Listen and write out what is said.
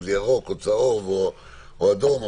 אם זה ירוק או צהוב או אדום.